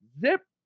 zip